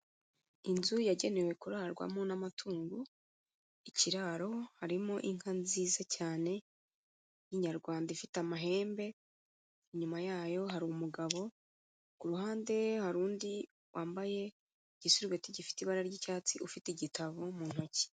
Inzu yagenewe kurarwamo n'amatungo, ikiraro, harimo inka nziza cyane y'Inyarwanda ifite amahembe, inyuma yayo hari umugabo, ku ruhande hari undi wambaye igisurubeti gifite ibara ry'icyatsi ufite igitabo mu ntoki.